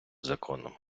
законом